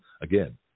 Again